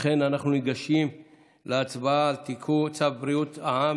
לכן אנחנו ניגשים להצבעה על תיקון צו בריאות העם